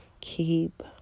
Keep